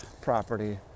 property